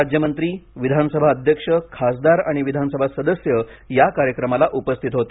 राज्यमंत्री विधानसभा अध्यक्ष खासदार आणि विधानसभा सदस्य या कार्यक्रमाला उपस्थित होते